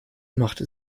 machte